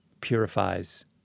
purifies